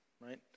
right